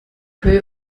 höhe